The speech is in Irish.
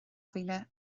mhíle